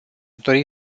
dori